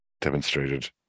demonstrated